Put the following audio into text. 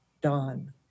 dawn